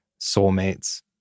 soulmates